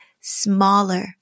smaller